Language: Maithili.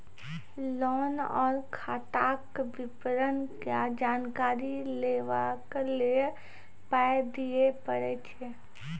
लोन आर खाताक विवरण या जानकारी लेबाक लेल पाय दिये पड़ै छै?